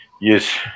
Yes